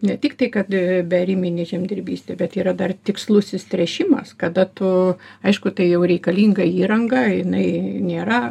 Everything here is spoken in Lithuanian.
ne tiktai kad beariminė žemdirbystė bet yra dar tikslusis tręšimas kada tu aišku tai jau reikalinga įranga jinai nėra